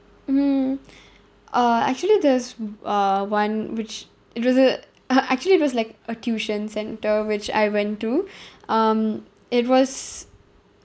mmhmm uh actually there's uh one which it was a uh actually it was like a tuition centre which I went to um it was